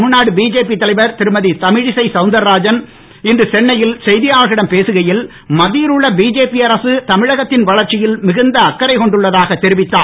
Tamil Nadu BJP தலைவர் திருமதி தமிழிசை சௌந்தரராஜன் இன்று சென்னையில் செய்தியாளர்களிடம் பேசுகையில் மத்தியில் உள்ள பிஜேபி அரசு தமிழகத்தின் வளர்ச்சியில் மிகுந்த அக்கறை கொண்டுள்ளதாக தெரிவித்தார்